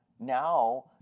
now